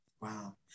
Wow